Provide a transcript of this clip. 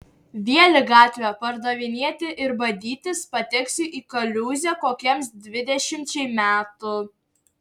vėl į gatvę pardavinėti ir badytis pateksiu į kaliūzę kokiems dvidešimčiai metų